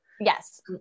Yes